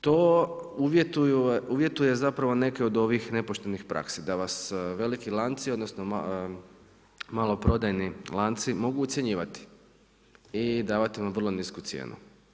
To uvjetuje zapravo neke od ovih nepoštenih praksi, da vas veliki lanci, odnosno maloprodajni lanci mogu ucjenjivati i davati vam vrlo nisku cijenu.